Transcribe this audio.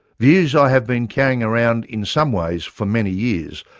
views i have been carrying around in some ways for many years,